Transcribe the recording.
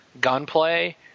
gunplay